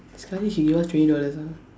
sekali she gave us twenty dollars ah